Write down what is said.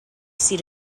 seat